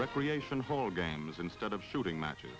recreation hall games instead of shooting matches